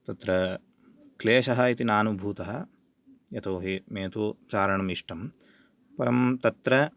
तत्र क्लेशः इति नानुभूतः यतोहि मे तु चारणम् इष्टं परं तत्र